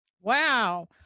Wow